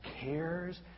cares